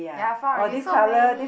ya found already so many